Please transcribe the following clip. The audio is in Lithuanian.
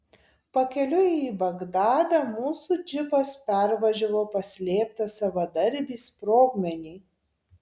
pakeliui į bagdadą mūsų džipas pervažiavo paslėptą savadarbį sprogmenį